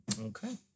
Okay